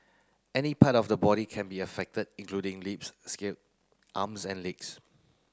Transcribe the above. any part of the body can be affected including lips scalp arms and legs